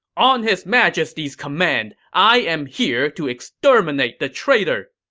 on his majesty's command, i am here to exterminate the traitor!